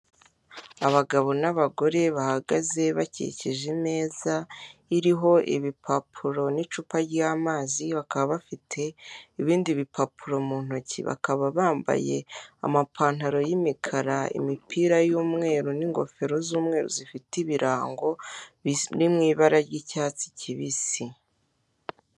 Abagabo n'abagore bahagaze bakikije imeza iriho ibipapuro n'icupa ry'amazi bakaba bafite ibindi bipapuro mu ntoki ,bakaba bambaye amapantaro y'imikara, imipira y'umweru n'ingofero z'umweru zifite ibirango biri mu ibara ry'icyatsi kibisi.